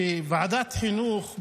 בוועדת החינוך,